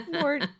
More